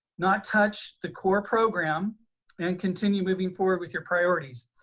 not touch the core program and continue moving forward with your priorities.